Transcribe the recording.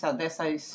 dessas